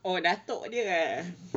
oh datuk dia ah